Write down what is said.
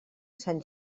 sant